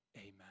Amen